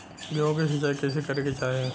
गेहूँ के सिंचाई कइसे करे के चाही?